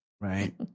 Right